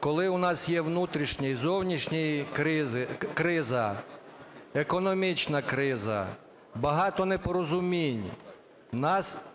коли у нас є внутрішня і зовнішня кризи, економічна криза, багато непорозумінь, нас зіштовхують